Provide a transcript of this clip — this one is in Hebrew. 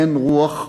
אין רוח,